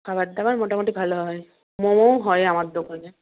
খাবার দাবার মোটামুটি ভালো হয় মোমোও হয় আমার দোকানে